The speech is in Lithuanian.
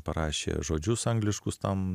parašė žodžius angliškus tam